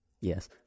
Yes